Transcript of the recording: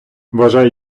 вважає